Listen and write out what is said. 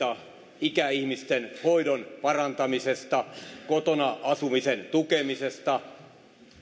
kauniita lauseita ikäihmisten hoidon parantamisesta kotona asumisen tukemisesta